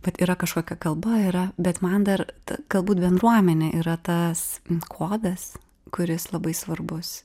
vat yra kažkokia kalba yra bet man dar galbūt bendruomenė yra tas kodas kuris labai svarbus